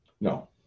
No